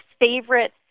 favorite